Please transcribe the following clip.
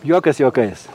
juokas juokais